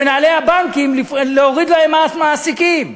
מנהלי הבנקים, להוריד להם מס מעסיקים,